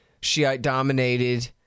Shiite-dominated